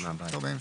הוא נציג